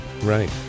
right